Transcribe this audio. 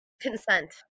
consent